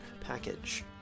package